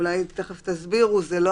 אולי תכף תסבירו איך זה בדיוק עובד,